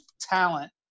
talent